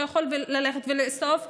לא יכול ללכת ולאסוף נשק,